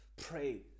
pray